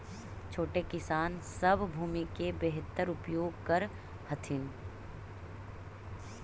छोटे किसान सब भूमि के बेहतर उपयोग कर हथिन